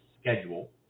schedule